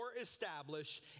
establish